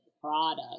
product